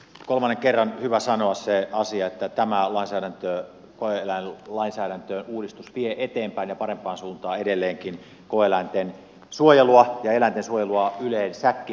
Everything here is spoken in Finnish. kolmannen kerran hyvä sanoa se asia että tämä koe eläinlainsäädäntöuudistus vie edelleenkin eteenpäin ja parempaan suuntaan koe eläinten suojelua ja eläintensuojelua yleensäkin